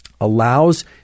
allows